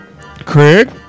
Craig